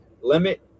limit